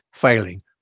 failing